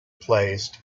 placed